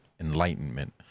enlightenment